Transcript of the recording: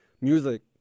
music